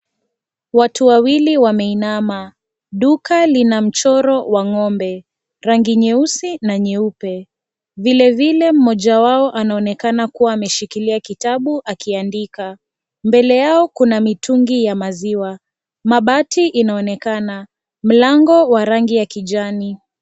Watu wawili wameinama. Duka lina mchoro wa ng'ombe; rangi nyeusi na nyeupe. Vilevile mmoja wao anaonekana kuwa ameshikilia kitabu akiandika. Mbele yao kuna mitungi ya maziwa. Mabati inaonekana. Mlango wa rangi ya kijani.